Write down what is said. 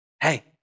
hey